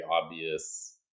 obvious